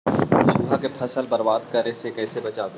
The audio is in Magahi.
चुहा के फसल बर्बाद करे से कैसे बचाबी?